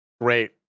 Great